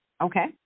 Okay